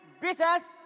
business